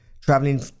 traveling